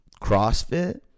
crossfit